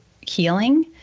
healing